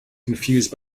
confused